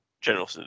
General